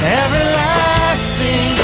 everlasting